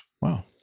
Wow